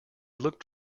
looked